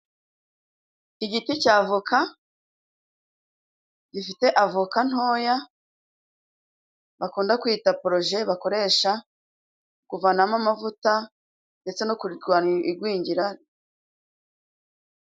Igiti c'avoka, gifite avoka ntoya, bakunda kwita poroje bakoresha kuvanamo amavuta, ndetse no kugwanya igwingira.